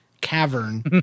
cavern